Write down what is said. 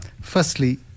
firstly